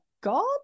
god